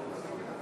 ברצוני לברך כאן,